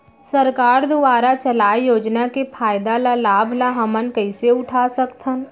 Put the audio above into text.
सरकार दुवारा चलाये योजना के फायदा ल लाभ ल हमन कइसे उठा सकथन?